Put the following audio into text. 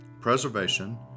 preservation